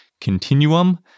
continuum